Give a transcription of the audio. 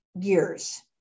years